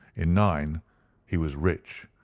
in nine he was rich,